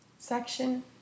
Section